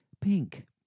pink